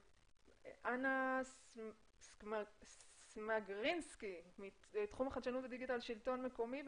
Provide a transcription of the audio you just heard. אנה סמגרינסקי מתחום החדשות והדיגיטל בשלטון המקומי,